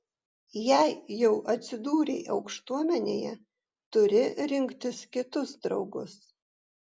jei jau atsidūrei aukštuomenėje turi rinktis kitus draugus